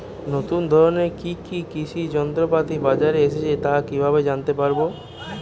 নতুন ধরনের কি কি কৃষি যন্ত্রপাতি বাজারে এসেছে তা কিভাবে জানতেপারব?